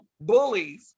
bullies